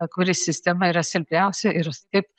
kuri sistema yra silpniausia ir taip